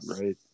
right